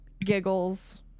giggles